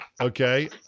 Okay